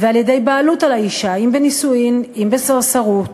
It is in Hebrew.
ועל-ידי בעלות על האישה, אם בנישואים, אם בסרסרות,